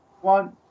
one